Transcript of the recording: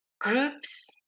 groups